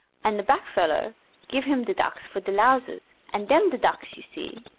and de blackfellow give him de ducks for de lowsers, and dems de ducks you see.